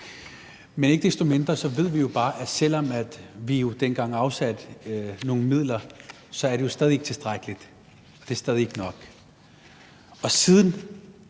men ikke desto mindre ved vi jo bare, at selv om vi dengang afsatte nogle midler, så er det stadig væk ikke tilstrækkeligt, det er stadig ikke nok. Siden